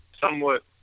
somewhat –